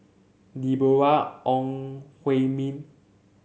Deborah Ong Hui Min